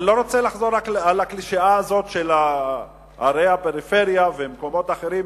אני לא רוצה לחזור על הקלישאה הזאת של ערי הפריפריה ומקומות אחרים,